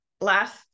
last